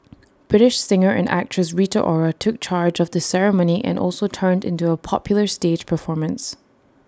British singer and actress Rita Ora took charge of the ceremony and also turned in A popular stage performance